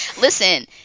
Listen